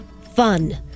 fun